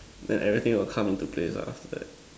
then everything will come into place ah after that